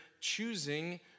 choosing